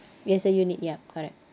yes a unit yup correct